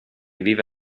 vive